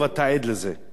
כי כשהיית שר התקשורת,